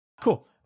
Cool